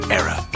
era